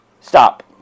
stop